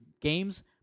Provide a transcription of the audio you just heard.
games